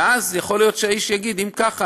ואז יכול להיות שהאיש יגיד: אם כך,